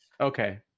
Okay